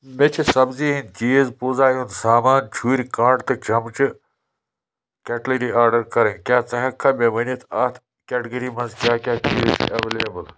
مےٚ چھُ سبزی ہِنٛدۍ چیٖز پوٗزا ہُنٛد سامان چھُرۍ کانٛٹہٕ تہٕ چَمچہِ کٮ۪ٹلٔری آرڈر کرٕنۍ کیٛاہ ژٕ ہٮ۪ککھا مےٚ ؤنِتھ اَتھ کٮ۪ٹگٔری منٛز کیٛاہ کیٛاہ چیٖز چھِ اٮ۪ولیبٕل